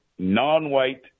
Non-white